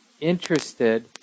interested